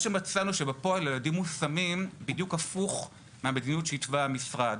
מצאנו שבפועל הילדים מושמים בדיוק הפוך מהמדיניות שהתווה המשרד.